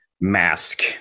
mask